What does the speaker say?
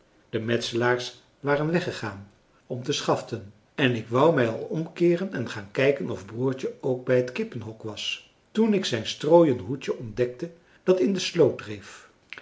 de metselaars waren weggegaan om te schaften en ik wou mij al omkeeren en gaan kijken of broertje ook bij het kippenhok was toen ik zijn strooien hoedje ontdekte dat in de sloot dreef